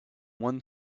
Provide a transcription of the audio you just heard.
one